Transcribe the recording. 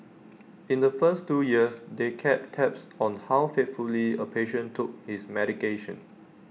in the first two years they kept tabs on how faithfully A patient took his medication